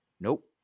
Nope